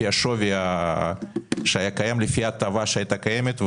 לפי השווי שהיה קיים, לפי ההטבה שהיתה קיימת.